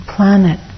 planet